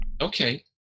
Okay